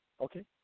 Okay